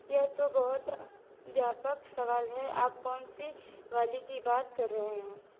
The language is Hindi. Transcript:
यह तो बहुत व्यापक सवाल है आप कौन सी वाली की बात कर रहे हैं